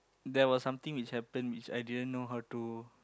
there was something which happen which I didn't know how to